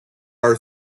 are